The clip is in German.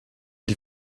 die